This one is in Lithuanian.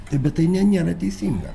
taip bet tai ne nėra teisinga